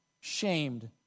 shamed